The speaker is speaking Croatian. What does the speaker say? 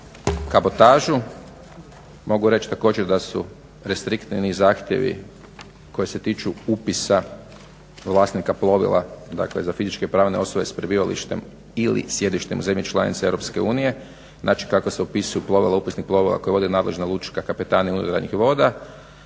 kabotažu. Mogu reći također da su restriktivni zahtjevi koji se tiču upisa vlasnika plovila za fizičke i pravne osobe s prebivalištem ili sjedištem u zemlji članici EU. Znači, kako se upisuju plovila upisnih plovila koja vode nadležna Lučka kapetanija unutarnjih voda,